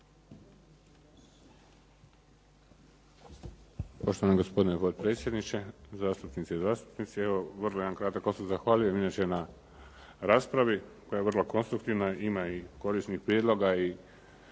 Poštovani gospodine potpredsjedniče, zastupnice i zastupnici. Evo vrlo jedan kratak osvrt, zahvaljujem inače na raspravi koja je vrlo konstruktivna i ima i korisnih prijedloga i